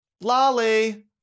Lolly